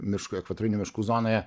miško ekvatorinių miškų zonoje